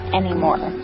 anymore